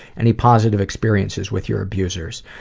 any positive experiences with your abusers?